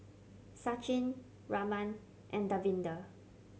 Sachin Raman and Davinder